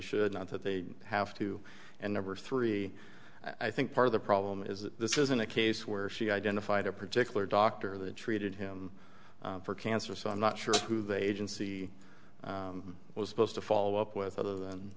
should not that they have two and number three i think part of the problem is that this isn't a case where she identified a particular doctor that treated him for cancer so i'm not sure who the agency was supposed to follow up with other than